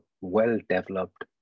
well-developed